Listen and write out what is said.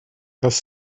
dass